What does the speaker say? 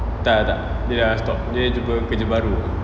tak tak tak dia dah stop dia jumpa kerja baru